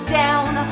down